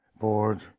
board